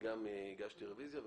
גם אני הגשתי רביזיה.